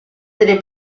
delle